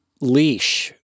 leash